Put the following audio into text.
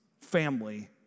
family